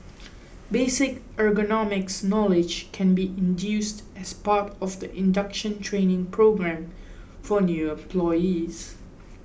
basic ergonomics knowledge can be included as part of the induction training programme for new employees